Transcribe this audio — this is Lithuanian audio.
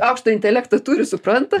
aukštą intelektą turi supranta